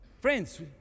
Friends